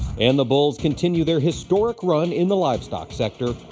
and the bulls continue their historic run in the livestock sector,